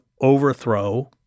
overthrow